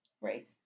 Right